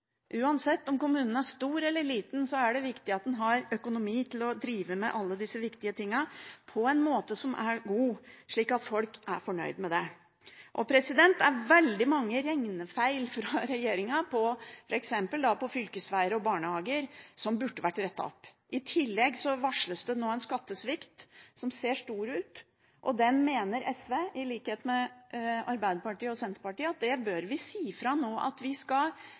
Uansett om kommunen er stor eller liten, er det viktig at den har økonomi til å drive med alle disse viktige tingene på en måte som er god, slik at folk er fornøyd med det. Regjeringen har gjort veldig mange regnefeil, f.eks. når det gjelder fylkesveger og barnehager, som burde vært rettet opp. I tillegg varsles det nå en skattesvikt, som ser stor ut, og der mener SV, i likhet med Arbeiderpartiet og Senterpartiet, at vi nå bør si fra at den skal